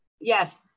Yes